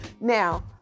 Now